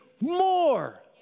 more